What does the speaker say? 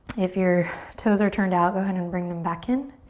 if your toes are turned out, go ahead and bring them back in.